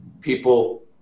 people